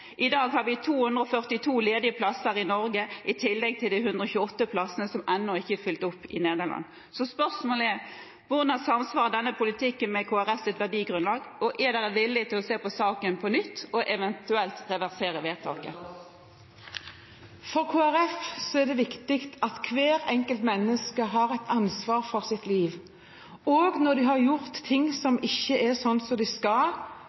I dag har vi 242 ledige plasser i Norge, i tillegg til de 128 plassene som ennå ikke er fylt opp i Nederland. Spørsmålet er: Hvordan samsvarer denne politikken med Kristelig Folkepartis verdigrunnlag? Er dere villige til å se på saken på nytt og eventuelt reversere dette? For Kristelig Folkeparti er det viktig at hvert enkelt menneske tar ansvar for sitt liv. Også når de har gjort ting som ikke er sånn som de skal,